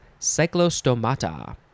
Cyclostomata